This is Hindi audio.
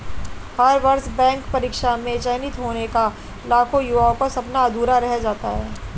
हर वर्ष बैंक परीक्षा में चयनित होने का लाखों युवाओं का सपना अधूरा रह जाता है